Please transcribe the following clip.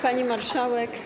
Pani Marszałek!